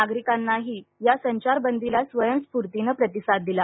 नागरिकांनीही या संचारबंदीला स्वयंस्फूर्तीनं प्रतिसाद दिला